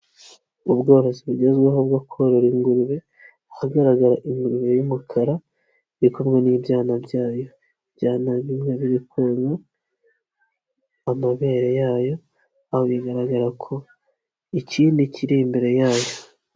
Ubworozi bugezweho bwo korora ingurube, ahagaragara ingurube y'umukara iri kumwe n'ibyana byayo, ibyana bimwe biri konka amabere yayo, aho bigaragara ko ikindi kiri imbere yayo.